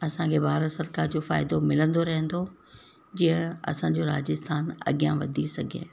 असांखे भारत सरकार जो फ़ाइदो मिलंदो रहंदो जीअं असांजो राजस्थान अॻियां वधी सघे